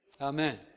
Amen